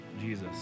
Jesus